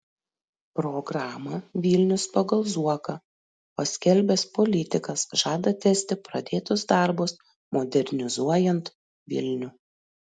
programą vilnius pagal zuoką paskelbęs politikas žada tęsti pradėtus darbus modernizuojant vilnių